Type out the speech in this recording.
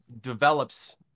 develops